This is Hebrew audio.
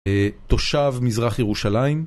תושב מזרח ירושלים